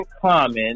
Common